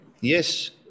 Yes